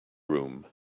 room